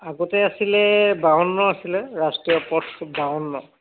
আগতে আছিলে বাৱন্ন আছিলে ৰাষ্ট্ৰীয় পথটো বাৱন্ন